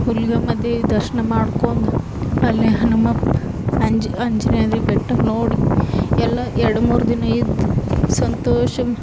ಹುಲಿಗೆಮ್ಮ ದೇವಿ ದರ್ಶನ ಮಾಡ್ಕೊಂಡ್ ಅಲ್ಲಿ ಹನುಮಪ್ಪ ಆಂಜ್ ಅಂಜನಾದ್ರಿ ಬೆಟ್ಟ ನೋಡಿ ಎಲ್ಲ ಎರಡು ಮೂರು ದಿನ ಇದ್ದು ಸಂತೋಷ